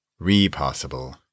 Repossible